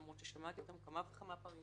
למרות ששמעתי אותם כמה וכמה פעמים,